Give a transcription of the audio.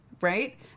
right